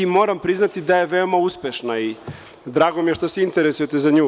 Moram priznati da je veoma uspešna i drago mi je što se interesujete za nju.